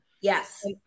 Yes